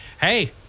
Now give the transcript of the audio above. hey